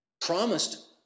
Promised